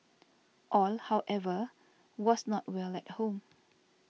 all however was not well at home